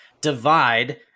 divide